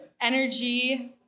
energy